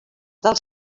del